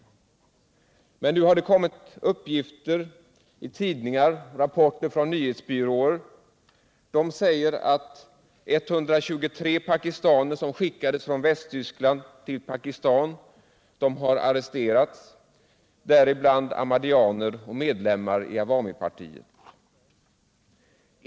Torsdagen den Men nu har det kommit uppgifter i tidningar och rapporter från ny 15 december 1977 hetsbyråer som säger att 123 pakistaner som skickades från Västtyskland till Pakistan har arresterats, däribland ahmadiyyaner och medlemmar Om regeringens i awamipartiet.